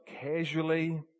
casually